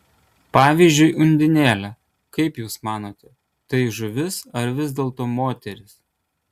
pavyzdžiui undinėlė kaip jūs manote tai žuvis ar vis dėlto moteris